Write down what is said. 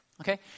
Okay